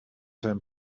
him